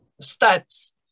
steps